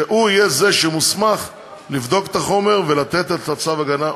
שיהיה מוסמך לבדוק את החומר ולתת את צו ההגנה,